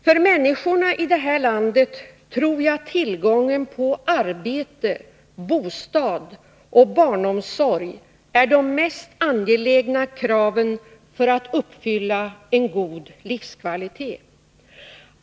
För människorna i det här landet tror jag att tillgången på arbete, bostad och barnomsorg är de mest angelägna kraven för att uppfylla en god livskvalitet.